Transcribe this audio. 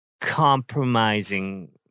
compromising